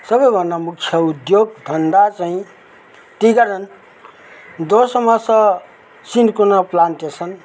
सबैभन्दा मुख्य उद्योगधन्दा चाहिँ टी गार्डन दोस्रोमा छ सिन्कोना प्लान्टेसन